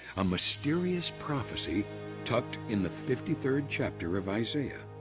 a mysterious prophecy tucked in the fifty third chapter of isaiah.